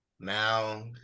Now